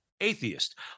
atheist